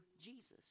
Jesus